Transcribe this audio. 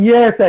Yes